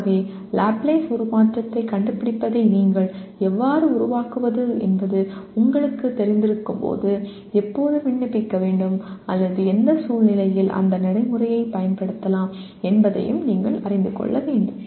ஆகவே லாப்லேஸ் உருமாற்றத்தைக் கண்டுபிடிப்பதை நீங்கள் எவ்வாறு உருவாக்குவது என்பது உங்களுக்குத் தெரிந்திருக்கும்போது எப்போது விண்ணப்பிக்க வேண்டும் அல்லது எந்த சூழ்நிலையில் அந்த நடைமுறையைப் பயன்படுத்தலாம் என்பதையும் நீங்கள் அறிந்து கொள்ள வேண்டும்